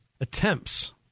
attempts